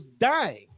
dying